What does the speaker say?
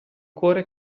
cuore